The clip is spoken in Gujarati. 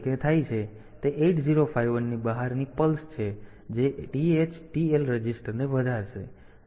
તેથી તે 8051 ની બહારની પલ્સ છે જે TH TL રજિસ્ટરને વધારશે